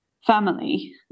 family